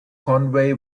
conway